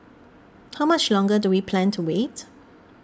how much longer do we plan to wait